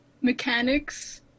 mechanics